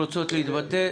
ראו זה פלא,